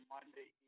Monday